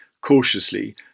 cautiously